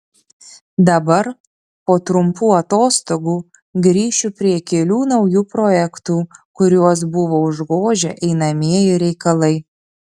dabar po trumpų atostogų grįšiu prie kelių naujų projektų kuriuos buvo užgožę einamieji reikalai